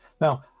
Now